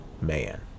man